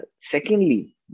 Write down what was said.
Secondly